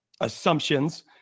assumptions